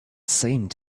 seemed